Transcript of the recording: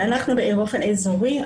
באופן אזורי.